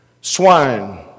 swine